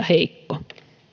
heikko